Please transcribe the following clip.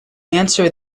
answer